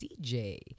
DJ